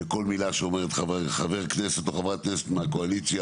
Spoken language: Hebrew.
שכל מילה שאומר חבר כנסת או חברת כנסת מהקואליציה,